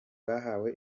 bahawe